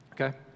Okay